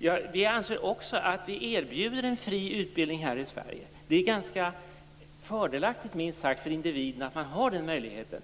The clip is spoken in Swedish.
Regeringen anser också att det erbjuds en fri utbildning här i Sverige. Denna möjlighet är minst sagt fördelaktig för individen.